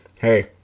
hey